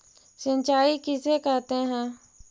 सिंचाई किसे कहते हैं?